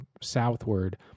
southward